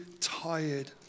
tired